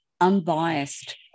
unbiased